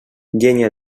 llenya